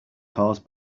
caused